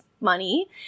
money